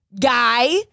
guy